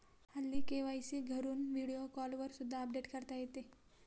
हल्ली के.वाय.सी घरून व्हिडिओ कॉलवर सुद्धा अपडेट करता येते